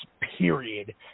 period